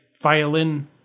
violin